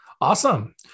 Awesome